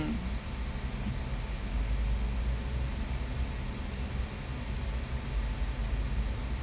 mm